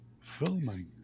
filming